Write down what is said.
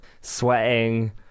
sweating